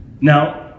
Now